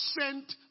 sent